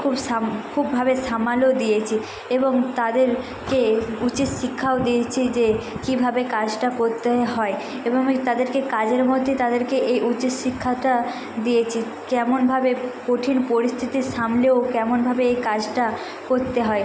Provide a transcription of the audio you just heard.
খুব সাম খুবভাবে সামালও দিয়েচি এবং তাদেরকে উচিত শিক্ষাও দিয়েছি যে কীভাবে কাজটা করতে হয় এবং আমি তাদেরকে কাজের মধ্যে তাদেরকে এই উচিত শিক্ষাটা দিয়েছি কেমনভাবে কঠিন পরিস্থিতি সামলেও কেমনভাবে এই কাজটা করতে হয়